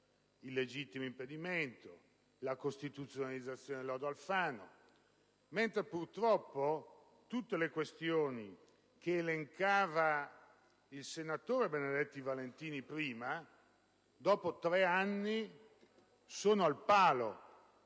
il legittimo impedimento, la costituzionalizzazione del lodo Alfano, mentre purtroppo tutte le questioni che elencava il senatore Benedetti Valentini in precedenza, dopo tre anni, sono al palo